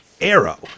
Arrow